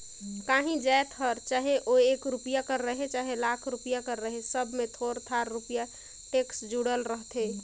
काहीं जाएत हर चहे ओ एक रूपिया कर रहें चहे लाख रूपिया कर रहे सब में थोर थार रूपिया टेक्स जुड़ल रहथे